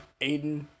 Aiden